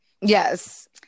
Yes